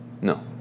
No